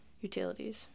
utilities